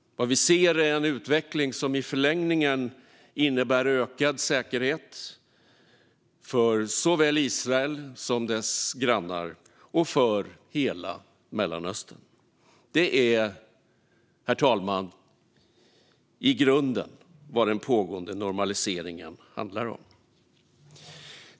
Vad vi ser är en utveckling som i förlängningen innebär ökad säkerhet för såväl Israel som dess grannar och för hela Mellanöstern. Det är, herr talman, i grunden vad den pågående normaliseringen handlar om.